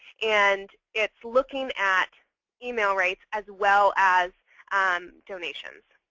and it's looking at email rates as well as um donations.